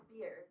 beer